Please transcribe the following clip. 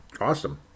awesome